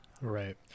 right